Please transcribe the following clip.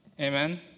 Amen